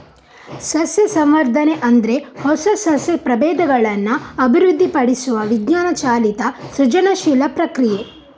ಸಸ್ಯ ಸಂವರ್ಧನೆ ಅಂದ್ರೆ ಹೊಸ ಸಸ್ಯ ಪ್ರಭೇದಗಳನ್ನ ಅಭಿವೃದ್ಧಿಪಡಿಸುವ ವಿಜ್ಞಾನ ಚಾಲಿತ ಸೃಜನಶೀಲ ಪ್ರಕ್ರಿಯೆ